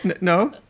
No